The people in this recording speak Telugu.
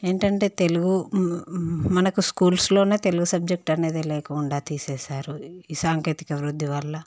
ఏంటంటే తెలుగు మనకు స్కూల్స్లోనే తెలుగు సబ్జెక్టు అనేది లేకుండా తీసేసారు ఈ సాంకేతిక అభివృద్ధి వల్ల